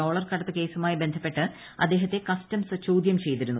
dollar കടത്ത് കേസുമായി ബന്ധപ്പെട്ട് ആദ്ദേഹത്തെ കസ്റ്റംസ് ചോദ്യം ചെയ്തിരുന്നു